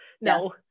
no